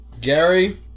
Gary